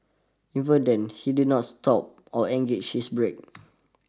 even then he did not stop or engaged his brake